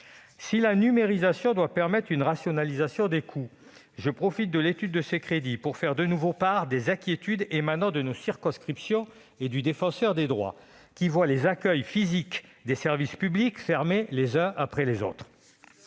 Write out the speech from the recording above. Si la numérisation doit permettre une rationalisation des coûts, je profite de l'étude de ces crédits pour faire de nouveau part des inquiétudes émanant des élus de nos circonscriptions et du Défenseur des droits, qui voient les accueils physiques des services publics fermer les uns après les autres.